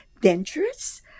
dangerous